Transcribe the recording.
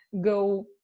go